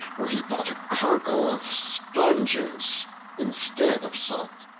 where he bought a cargo of sponges instead of salt.